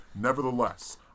Nevertheless